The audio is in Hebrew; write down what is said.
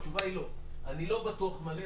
התשובה היא לא אני לא בטוח מלא.